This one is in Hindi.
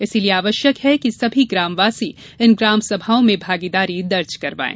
इसलिए आवश्यक है कि सभी ग्रामवासी इन ग्राम सभाओं में भागीदारी दर्ज करवाये